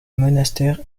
monastère